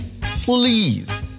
Please